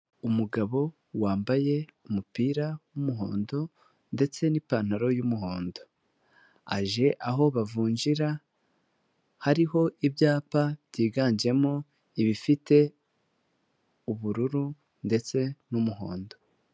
Umugabo wambaye umupira w'umuhondo ndetse n'ipantaro y'umuhondo, aje aho bavunjira hariho ibyapa byiganjemo ibifite ubururu ndetse n'umuhondo.